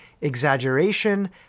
exaggeration